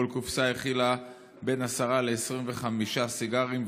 כל קופסה הכילה 10 25 סיגרים,